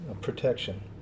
protection